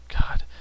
God